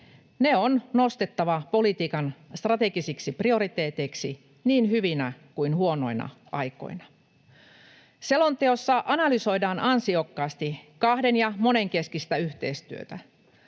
Ne on nostettava politiikan strategisiksi prioriteeteiksi niin hyvinä kuin huonoina aikoina. Selonteossa analysoidaan ansiokkaasti kahden- ja monenkeskistä yhteistyötä.